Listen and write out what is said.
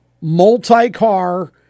multi-car